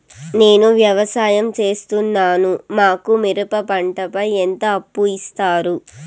నేను వ్యవసాయం సేస్తున్నాను, మాకు మిరప పంటపై ఎంత అప్పు ఇస్తారు